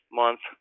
month